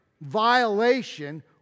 violation